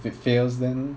if it fails then